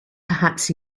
perhaps